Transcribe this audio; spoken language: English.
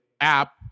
app